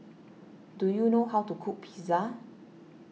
do you know how to cook Pizza